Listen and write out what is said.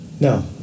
no